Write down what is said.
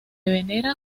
venera